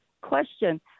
Question